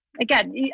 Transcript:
again